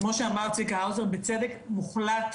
כמו שאמר צביקה האוזר, בצדק מוחלט,